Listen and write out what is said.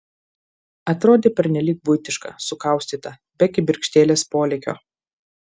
atrodė pernelyg buitiška sukaustyta be kibirkštėlės polėkio